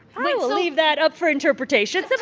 i will leave that up for interpretation so